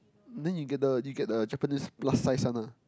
then you get the you get the Japanese plus size one ah